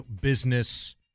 business